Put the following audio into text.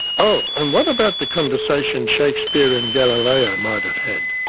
oh, and what about the conversation shakespeare and galileo might have had?